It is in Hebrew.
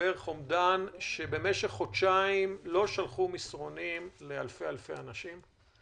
במשך חודשיים לא שלחו מסרונים לאלפי אלפי אנשים.